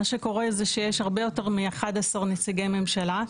מה שקורה זה שיש הרבה יותר מ-11 נציגי ממשלה,